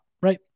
right